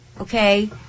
okay